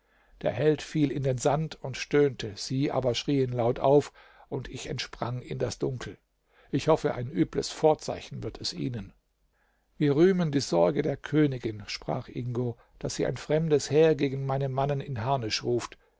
der held fiel in den sand und stöhnte sie aber schrien laut auf und ich entsprang in das dunkel ich hoffe ein übles vorzeichen wird es ihnen wir rühmen die sorge der königin sprach ingo daß sie ein fremdes heer gegen meine mannen in harnisch ruft